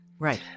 right